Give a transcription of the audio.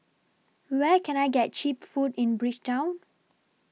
Where Can I get Cheap Food in Bridgetown